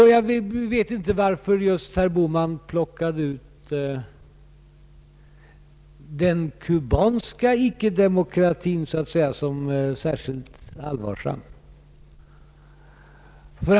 Jag förstår inte varför herr Bohman just plockade ut den kubanska ickedemokratin som <särskilt allvarsam.